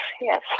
yes